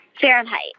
Fahrenheit